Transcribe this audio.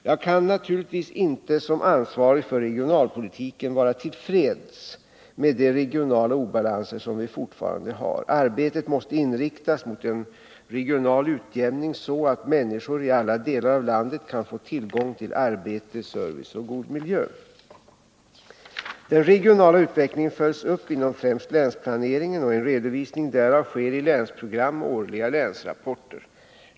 Jag kan naturligtvis inte som ansvarig för regionalpolitiken vara till freds med de regionala obalanser som vi fortfarande har. Arbetet måste inriktas mot en regional utjämning så att människor i alla delar av landet kan få tillgång till arbete, service och god miljö. Den regionala utvecklingen följs upp inom främst länsplaneringen och en redovisning därav sker i länsprogram och årliga länsrapporter.